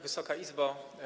Wysoka Izbo!